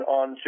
on